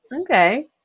okay